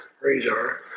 radar